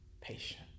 patient